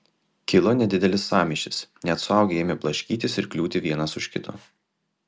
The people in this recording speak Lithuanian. kilo nedidelis sąmyšis net suaugę ėmė blaškytis ir kliūti vienas už kito